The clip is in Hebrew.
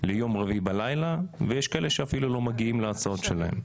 ליום רביעי בלילה ויש כאלה שאפילו לא מגיעים להצעות שלהם.